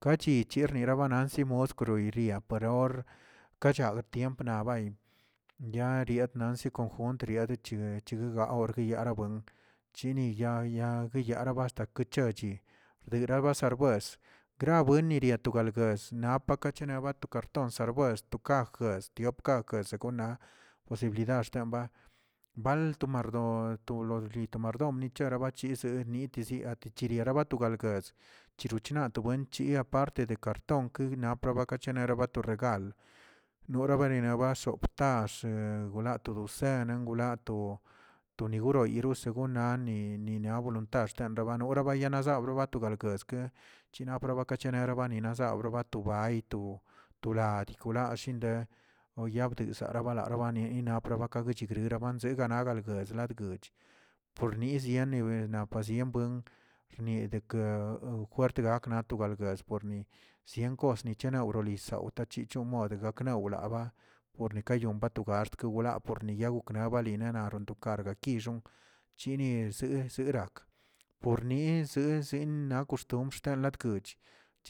Ka chi chernerabalanzə kmoskeria parnor ka chag natiemp nabay ya rietna nansi conjunt triadguechech guiaor niarabuen chini yaa yaa basteros chochi leragba serbues kriabuen niagato guelbues napakachana to karton rbuest to kajə tiop kakə segonnaꞌ posibilidad xetn ba bal to mardoo to lordi to mardomngni rabagachise ni yizieꞌna netabarchiraba to gaguest chiru china to buen chi aparte de karton ke pagma regal norarebuenini baso taxee la to dosenen wlato tonigyuro yosek wnani nia voluntad xteabuen xyawene zabroo to gal gusekeꞌ chinabro kasene ke zrawro to bay to to lagd shinladi nde oyabdes salnabara warabara nepabrakachi neranbazegana galguez galguch por nizə yane ver aasienbuen xni deke juert gakna wal guset porni sien kos niechan wro lisawtachi yomodə gakle gawnla por ni ka yon tebal por la por niyelw na balinena raw karga kixon chini zerakꞌ por ni zezə na koxtumbr shtenla guch